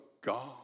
God